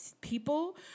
people